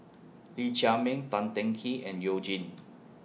Lee Chiaw Meng Tan Teng Kee and YOU Jin